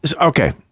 Okay